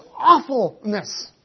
awfulness